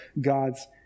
God's